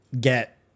get